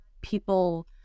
people